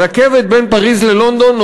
ברכבת בין פריז ללונדון,